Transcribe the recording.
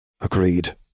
Agreed